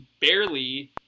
barely